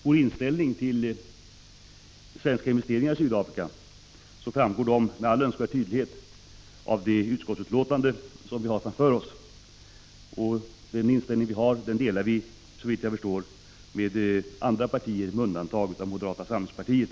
Vår inställning till frågan om svenska investeringar i Sydafrika framgår med all önskvärd tydlighet av det utskottsbetänkande vi har framför oss. Denna vår inställning delar vi, såvitt jag förstår, med de andra partierna, med undantag av moderata samlingspartiet.